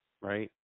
right